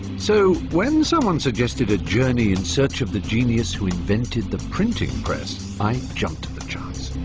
so when someone suggested a journey in search of the genius who invented the printing press, i jumped at the chance.